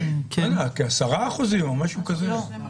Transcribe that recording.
כ-10% או משהו כזה.